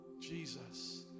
Jesus